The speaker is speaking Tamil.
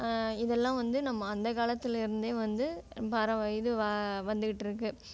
இதெல்லாம் வந்து நம்ம அந்த காலத்திலேருந்தே வந்து பாரம்பரியமாக இது வந்துட்டுக்கிட்டு இருக்கு